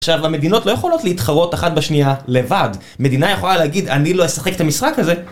עכשיו המדינות לא יכולות להתחרות אחת בשנייה, לבד. מדינה יכולה להגיד אני לא אשחק את המשחק הזה...